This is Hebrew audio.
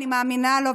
ואני מאמינה לו,